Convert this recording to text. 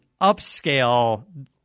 upscale